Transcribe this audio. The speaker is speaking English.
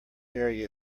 area